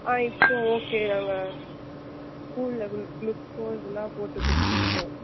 ஆ இப்போ ஓகே தாங்க school glucose எல்லாம் போட்டு கொடுத்துருக்கோம்